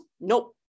nope